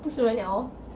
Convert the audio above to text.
不是人了 lor